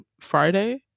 Friday